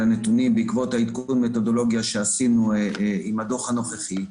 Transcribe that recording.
על הנתונים בעקבות עדכון המתודולוגיה שעשינו עם הדוח הנוכחי.